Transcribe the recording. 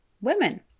women